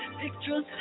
pictures